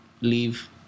leave